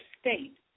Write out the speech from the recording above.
state